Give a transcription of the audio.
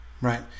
right